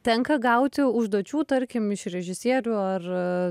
tenka gauti užduočių tarkim iš režisierių ar